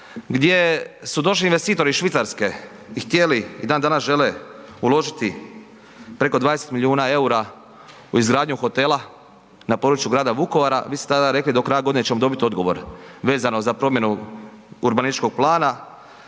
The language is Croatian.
gdje su došli investitori iz Švicarske i htjeli i dan danas žele uložiti preko 20 milijuna eura u izgradnju hotela na području grada Vukovara, vi ste tada rekli do kraja godine ćemo dobiti odgovor vezano za promjenu urbanističkog plana,